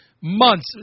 months